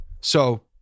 So-